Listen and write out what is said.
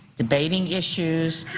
debating issues,